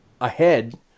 ahead